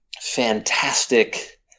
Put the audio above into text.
fantastic